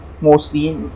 Mostly